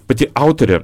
pati autorė